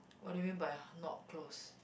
what do you mean by not close